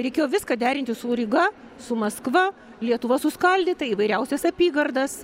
reikėjo viską derinti su ryga su maskva lietuva suskaldyta įvairiausias apygardas